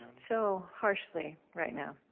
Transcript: so harshly right now.